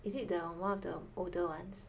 is it the one of the older ones